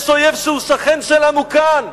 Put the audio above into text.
יש אויב שהוא שכן שלנו כאן,